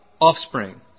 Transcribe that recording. offspring